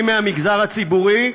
מהמגזר הציבורי,